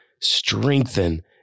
strengthen